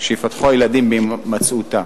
שיפתחו הילדים בהימצאותה.